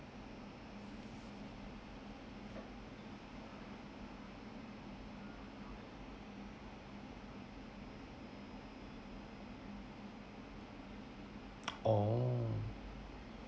oh